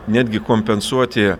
netgi kompensuoti